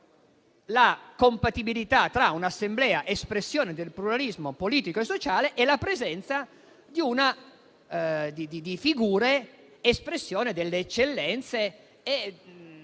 la compatibilità tra un'Assemblea espressione del pluralismo politico e sociale e la presenza di figure espressione delle eccellenze e di una